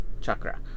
chakra